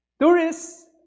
Tourists